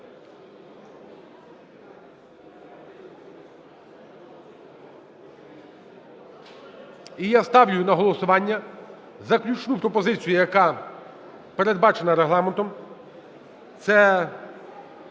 І я ставлю на голосування заключну пропозицію, яка передбачена Регламентом. Це